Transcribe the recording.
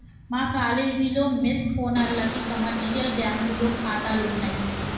మా కాలేజీలో మెస్ ఓనర్లకి కమర్షియల్ బ్యాంకులో ఖాతాలున్నయ్